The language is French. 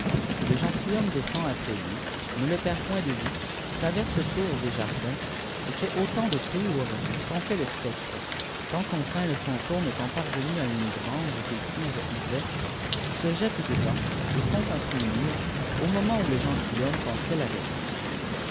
le genthomflaç desipend api lui ne le perd point de vue traterse cours et jardins et fait autant de tours qen fait te sceptre tant qu'enfin le fantôme étant parvenu à une grange qu'id trouve ouverte se jette dedans et fond contre uji miir au noment où le gentilhomme eîfealt l'airèter